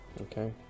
Okay